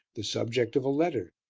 the subject of a letter,